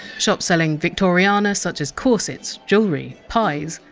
shops selling victoriana such as corsets, jewellery, pies,